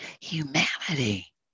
humanity